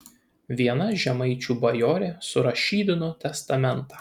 viena žemaičių bajorė surašydino testamentą